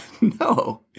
No